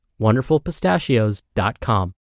WonderfulPistachios.com